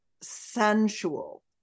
sensual